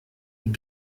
die